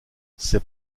ses